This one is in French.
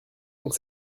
donc